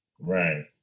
Right